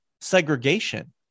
segregation